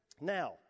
Now